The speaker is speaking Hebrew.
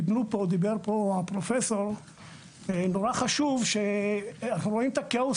דיברו פה, זה נורא חשוב, אנחנו רואים את הכאוס